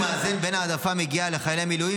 הוא מאזן בין ההעדפה המגיעה לחיילי מילואים,